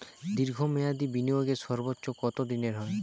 দীর্ঘ মেয়াদি বিনিয়োগের সর্বোচ্চ কত দিনের হয়?